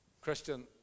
Christian